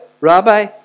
Rabbi